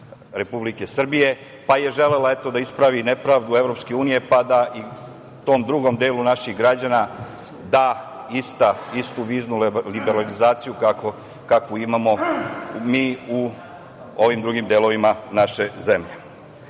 Republike Srbije, pa je želela da ispravi nepravdu EU, pa da tom drugom delu naših građana da istu viznu liberalizaciju kakvu imamo mi u ovim drugim delovima naše